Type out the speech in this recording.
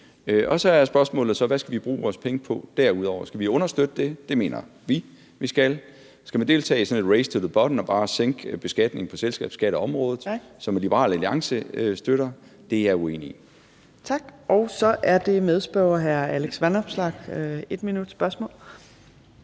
Så er spørgsmålet, hvad vi så skal bruge vores penge på derudover. Skal vi understøtte det? Det mener vi vi skal. Skal man deltage i et sådant race to the bottom og bare sænke skatten på selskabsskatteområdet, hvilket Liberal Alliance støtter? Det er jeg uenig i. Kl. 15:53 Fjerde næstformand (Trine Torp): Tak. Så er det medspørgeren,